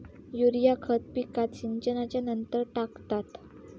urea खत पिकात सिंचनच्या नंतर टाकतात